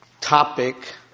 topic